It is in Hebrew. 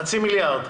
חצי מיליארד.